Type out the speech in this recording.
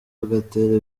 bagatera